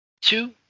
two